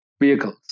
vehicles